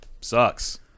sucks